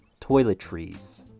Toiletries